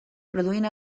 produint